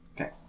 Okay